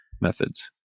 methods